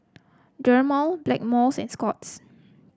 Dermale Blackmores and Scott's